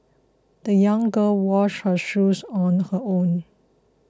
the young girl washed her shoes on her own